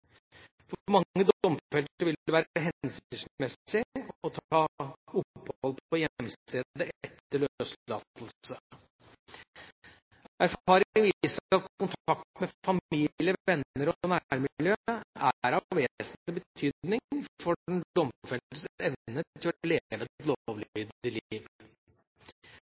For mange domfelte vil det være hensiktsmessig å ta opphold på hjemstedet etter løslatelse. Erfaring viser at kontakt med familie, venner og nærmiljø er av vesentlig betydning for den domfeltes evne til å